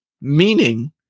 meaning